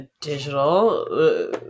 digital